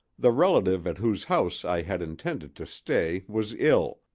the relative at whose house i had intended to stay was ill,